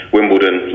Wimbledon